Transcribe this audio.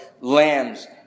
lambs